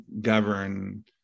govern